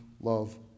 love